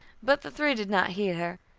but the three did not heed her.